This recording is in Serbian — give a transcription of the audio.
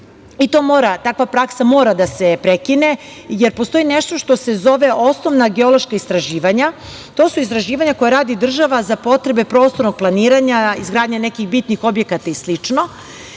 iste i takva praksa mora da se prekine, jer postoji nešto što se zove osnovna geološka istraživanja. To su istraživanja koje radi država za potrebe prostornog planiranja, izgradnje nekih bitnih objekata i